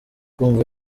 kumva